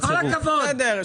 בסדר.